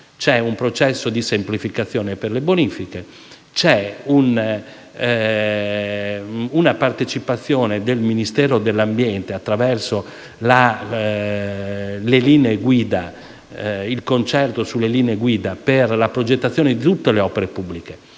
C'è un processo di semplificazione per le bonifiche e una partecipazione del Ministero dell'ambiente attraverso il concerto sulle linee guida per la progettazione di tutte le opere pubbliche,